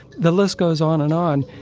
the list goes on and on.